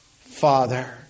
Father